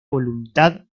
voluntad